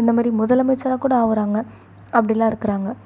இந்தமாதிரி முதலமைச்சராக்கூட ஆகுறாங்க அப்படில்லாம் இருக்கிறாங்க